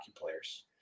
players